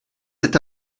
cet